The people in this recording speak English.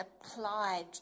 applied